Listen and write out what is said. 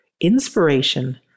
inspiration